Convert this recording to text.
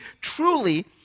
truly